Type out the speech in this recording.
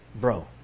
Bro